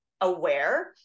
aware